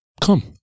come